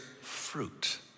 fruit